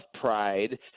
Pride